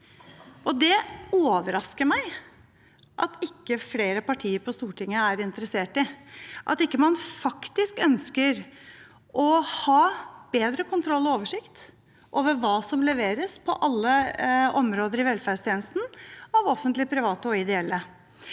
Det overrasker meg at ikke flere partier på Stortinget er interessert i det – at man ikke ønsker å ha bedre kontroll og oversikt over hva som leveres på alle områder i velferdstjenesten av offentlige, private og ideelle.